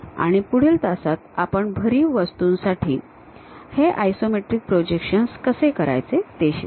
आणि पुढील तासात आपण भरीव वस्तूंसाठी हे आयसोमेट्रिक प्रोजेक्शन कसे करायचे ते शिकू